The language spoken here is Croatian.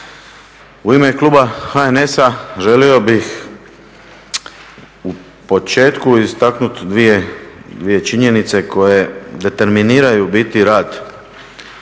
U ime kluba HNS-a želio bih u početku istaknuti dvije činjenice koje determiniraju u biti rad